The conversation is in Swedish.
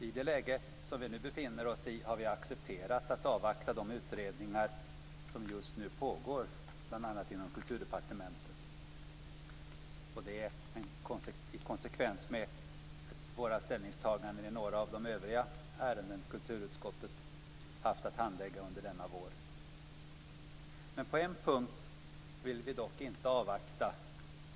I det läge som vi nu befinner oss i har vi accepterat att avvakta de utredningar som just nu pågår bl.a. inom Kulturdepartementet; detta i konsekvens med våra ställningstaganden i några av de övriga ärenden som kulturutskottet har haft att handlägga under denna vår. På en punkt vill vi dock inte avvakta.